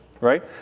right